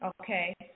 okay